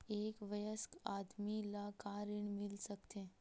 एक वयस्क आदमी ल का ऋण मिल सकथे?